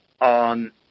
on